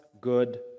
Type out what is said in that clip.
good